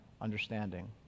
understanding